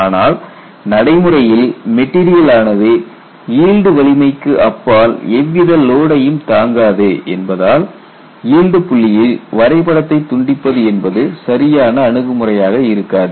ஆனால் நடைமுறையில் மெட்டீரியல் ஆனது ஈல்டு வலிமைக்கு அப்பால் எவ்வித லோடையும் தாங்காது என்பதால் ஈல்டு புள்ளியில் வரைபடத்தை துண்டிப்பது என்பது சரியான அணுகுமுறையாக இருக்காது